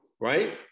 Right